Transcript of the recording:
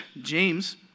James